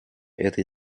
этой